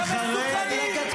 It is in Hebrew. איפה הייתם?